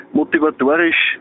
motivatorisch